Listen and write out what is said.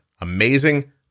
Amazing